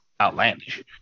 Outlandish